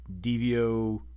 DVO